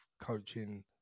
coaching